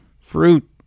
fruit